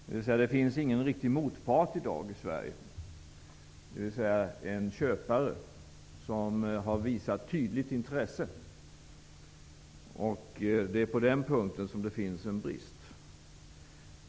Det finns ingen motpart, dvs. en köpare, som har visat tydligt intresse. Det är på den punkten det brister.